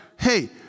hey